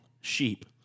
sheep